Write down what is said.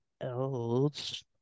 else